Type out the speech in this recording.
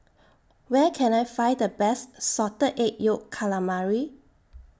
Where Can I Find The Best Salted Egg Yolk Calamari